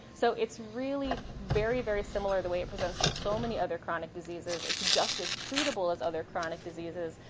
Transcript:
so it's really very, very similar, the way it presents, to so many other chronic diseases. it's just as treatable as other chronic diseases,